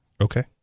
Okay